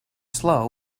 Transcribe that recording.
slow